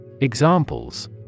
Examples